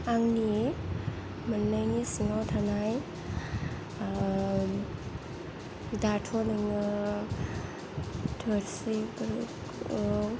आंनि मोननैनि सिङाव थानाय दाथ' नोङो थोरसिफोरखौ